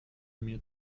mir